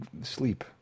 sleep